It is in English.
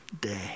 day